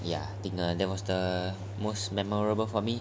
ya dinner that was the most